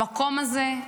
המקום הזה,